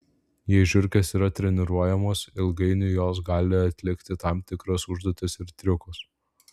jei žiurkės yra treniruojamos ilgainiui jos gali atlikti tam tikras užduotis ir triukus